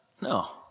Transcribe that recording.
No